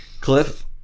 Cliff